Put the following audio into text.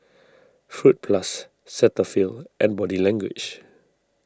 Fruit Plus Cetaphil and Body Language